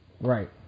Right